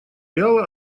материала